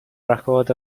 record